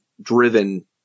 driven